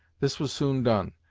this was soon done,